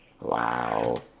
Wow